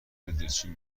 بلدرچین